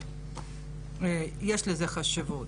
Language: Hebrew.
יש לזה חשיבות.